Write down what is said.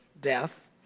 death